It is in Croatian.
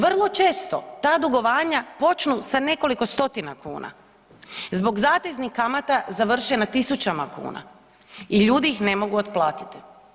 Vrlo često ta dugovanja počnu sa nekoliko stotina kuna, zbog zateznih kamata završe na tisućama kuna i ljudi ih ne mogu otplatiti.